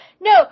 no